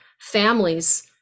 families